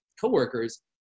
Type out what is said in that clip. coworkers